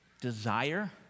desire